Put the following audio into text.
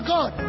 God